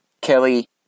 Kelly